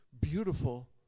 beautiful